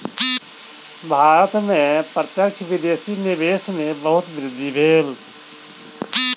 भारत में प्रत्यक्ष विदेशी निवेश में बहुत वृद्धि भेल